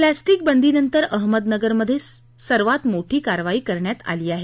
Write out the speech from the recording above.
plastic बंदीनंतर अहमदनगरमध्ये सर्वात मोठी कारवाई करण्यात आली आहे